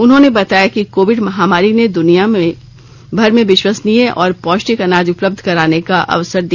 उन्होंने बताया कि कोविड महामारी ने भारत को दुनिया भर में विश्वसनीय और पौष्टिक अनाज उपलब्ध कराने का अवसर दिया